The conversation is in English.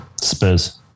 Spurs